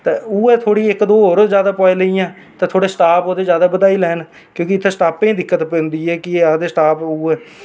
ते उ'ऐ थोह्ड़ी इक्क दो होर पोआई लेइयां ते थोह्ड़े स्टॉप ओह्दे होर बद्धाई लैन की के इत्थें स्टॉपें दी दिक्कत पौंदी ऐ कि एह् आक्खदे स्टॉप उ'ऐ न